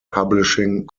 publishing